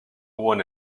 one